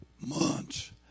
months